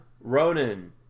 Ronan